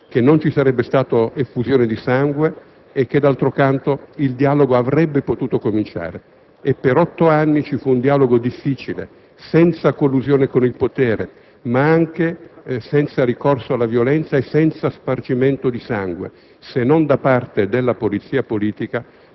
che non ci sarebbe stata effusione di sangue e che, d'altro canto, il dialogo avrebbe potuto cominciare. Per otto anni ci fu un dialogo difficile senza collusione con il potere, ma anche senza ricorso alla violenza e senza spargimento di sangue, se non da parte della polizia politica